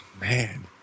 man